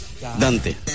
Dante